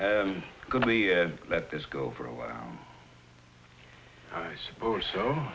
it's going to be let this go for a while i suppose so